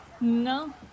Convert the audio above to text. no